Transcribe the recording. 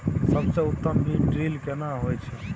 सबसे उत्तम बीज ड्रिल केना होए छै?